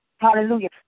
Hallelujah